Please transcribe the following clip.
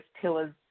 pillars